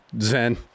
Zen